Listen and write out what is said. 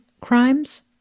crimes